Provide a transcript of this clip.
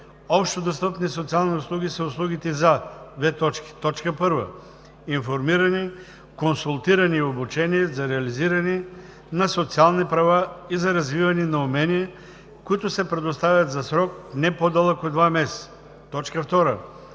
Общодостъпни социални услуги са услугите за: 1. информиране, консултиране и обучение за реализиране на социални права и за развиване на умения, които се предоставят за срок, не по-дълъг от два месеца;